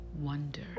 wonder